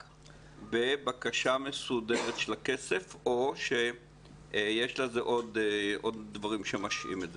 בבקשה מסודרת של הכסף או שיש לזה עוד דברים שמשהים את זה?